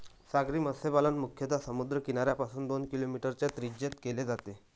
सागरी मत्स्यपालन मुख्यतः समुद्र किनाऱ्यापासून दोन किलोमीटरच्या त्रिज्येत केले जाते